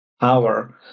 power